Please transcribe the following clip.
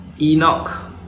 Enoch